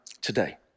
today